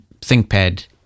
ThinkPad